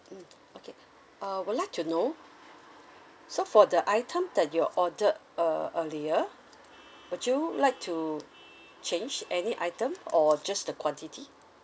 mm okay uh would like to know so for the item that you ordered uh earlier would you like to change any item or just the quantity